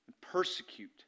persecute